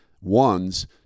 ones